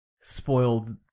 spoiled